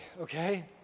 okay